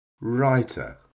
writer